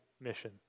mission